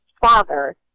father